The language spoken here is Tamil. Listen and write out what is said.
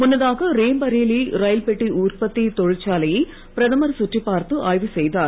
முன்னதாக ரே பரேலி ரயில் பெட்டி உற்பத்தி தொழிற்சாலையை பிரதமர் சுற்றிப் பார்த்து ஆய்வு செய்தார்